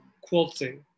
quilting